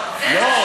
אדוני,